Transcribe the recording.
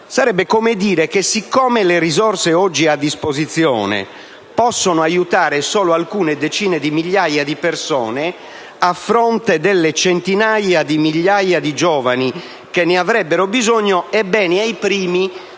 Sarebbe come se, siccome le risorse oggi a disposizione possono aiutare solo alcune decine di migliaia di persone, a fronte delle centinaia di migliaia di giovani che ne avrebbero bisogno, ai primi